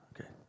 okay